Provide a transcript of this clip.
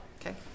Okay